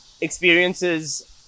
experiences